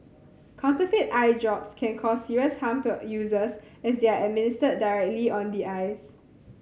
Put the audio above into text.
counterfeit eye drops can cause serious harm to users as they are administered directly on the eyes